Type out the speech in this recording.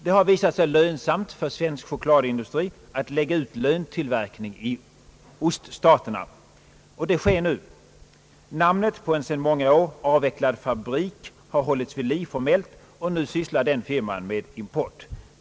Det har visat sig lönsamt för svensk chokladindustri att lägga ut löntillverkning i öststaterna såsom nu sker. Namnet på en sedan många år avvecklad fabrik har formellt hållits vid liv, och nu sysslar den firman med import.